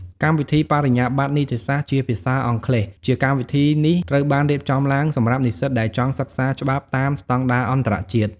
កម្មវិធីបរិញ្ញាបត្រនីតិសាស្ត្រជាភាសាអង់គ្លេស ជាកម្មវិធីនេះត្រូវបានរៀបចំឡើងសម្រាប់និស្សិតដែលចង់សិក្សាច្បាប់តាមស្តង់ដារអន្តរជាតិ។